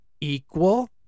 equal